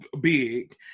big